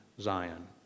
Zion